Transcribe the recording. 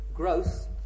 growth